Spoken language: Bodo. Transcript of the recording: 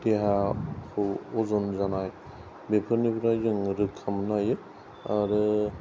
देहाखौ अजन जानाय बेफोरनिफ्राय जों रैखा मोननो हायो आरो